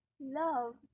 love